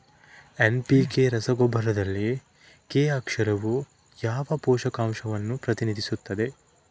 NPK ರಸಗೊಬ್ಬರದಲ್ಲಿ K ಅಕ್ಷರವು ಯಾವ ಪೋಷಕಾಂಶವನ್ನು ಪ್ರತಿನಿಧಿಸುತ್ತದೆ?